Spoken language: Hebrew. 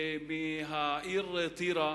בעיר טירה,